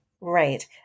right